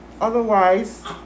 Otherwise